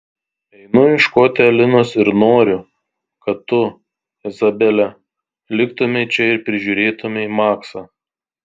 einu ieškoti alinos ir noriu kad tu izabele liktumei čia ir prižiūrėtumei maksą